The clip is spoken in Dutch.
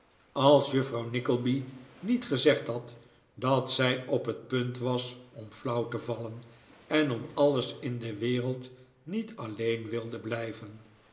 als juffrouw nickleby niet gezegd had dat zij op het punt was om flauw te vallen en om alles in de wereld niet alleen wilde blijven